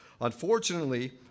unfortunately